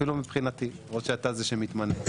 למרות שאתה זה שמתמנה.